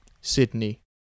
Sydney